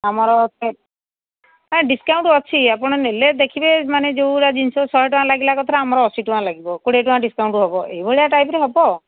ଆମର ନା ଡିସ୍କାଉଣ୍ଟ ଅଛି ଆପଣ ନେଲେ ଦେଖିବେ ମାନେ ଯେଉଁଟା ଜିନିଷ ଶହେ ଟଙ୍କା ଲାଗିଲା କଥାରେ ଆମର ଅଶୀ ଟଙ୍କା ଲାଗିବ କୋଡ଼ିଏ ଟଙ୍କା ଡିସକାଉଣ୍ଟ ହବ ଏଇଭଳିଆ ଟାଇପ୍ର ହବ